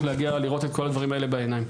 להגיע לראות את כל הדברים האלה בעיניים.